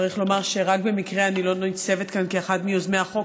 צריך לומר שרק במקרה אני לא ניצבת כאן כאחת מיוזמי החוק,